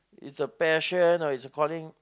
it's a passion or it's a calling